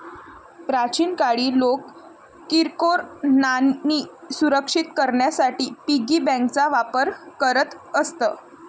प्राचीन काळी लोक किरकोळ नाणी सुरक्षित करण्यासाठी पिगी बँकांचा वापर करत असत